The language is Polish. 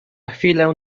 chwilę